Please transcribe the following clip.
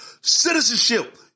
citizenship